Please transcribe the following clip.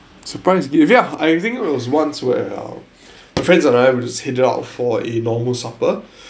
surprise ya I think there was once where uh my friends and I were just heading out for a normal supper